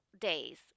days